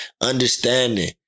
understanding